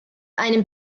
einem